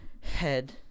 head